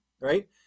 right